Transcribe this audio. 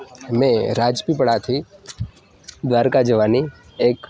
મેં રાજપીપળાથી દ્વારકા જવાની એક